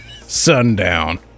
sundown